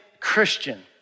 Christian